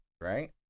right